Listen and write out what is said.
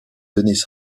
dennis